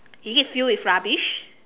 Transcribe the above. is it filled with rubbish